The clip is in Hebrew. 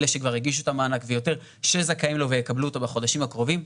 אלה שכבר הגישו את המענק ויותר שזכאים לו ויקבלו אותו בחודשים הקרובים,